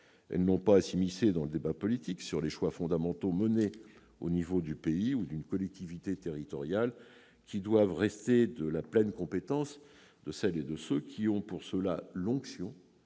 Elles n'ont pas à s'immiscer dans le débat politique sur les choix fondamentaux menés au niveau du pays ou d'une collectivité territoriale, choix qui doivent rester de la pleine compétence de celles et de ceux qui ont reçu pour cela l'onction